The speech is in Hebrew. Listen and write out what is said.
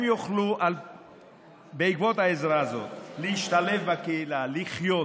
הם יוכלו בעקבות העזרה הזאת להשתלב בקהילה, לחיות